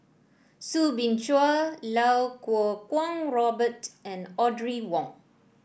Soo Bin Chua Iau Kuo Kwong Robert and Audrey Wong